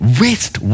waste